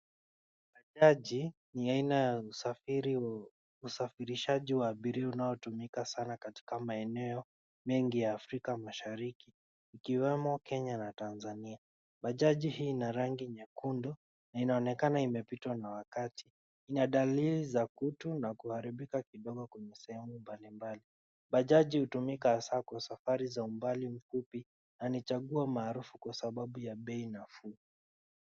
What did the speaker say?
Majaji ni aina ya usafiri wa- usafirishaji katika maeneo mengi ya Afrika Mashariki ikiwemo Kenya na Tanzania. Majaji hii ina rangi nyekundu na inaonekana imepitwa na wakati. Ina dalili za kutu na kuharibika kidogo kwenye sehemu mbalimbali. Majaji hutumika hasa kwa usafiri wa mbali mfupi na ni chaguo maarufu kwa sababu ya bei nafuu.